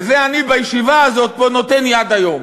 לזה אני בישיבה הזאת פה נותן יד היום.